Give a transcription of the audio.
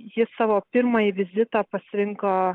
jis savo pirmąjį vizitą pasirinko